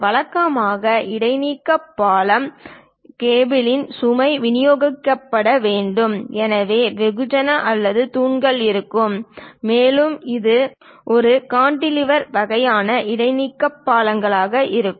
வழக்கமாக இடைநீக்க பாலம் கேபிளின் சுமை விநியோகிக்கப்பட வேண்டும் எனவே வெகுஜன அல்லது தூண்கள் இருக்கும் மேலும் ஒரு கான்டிலீவர் வகையான இடைநீக்க பாலங்கள் இருக்கும்